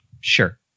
Sure